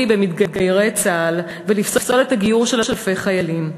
במתגיירי צה"ל ולפסול את הגיור של אלפי חיילים.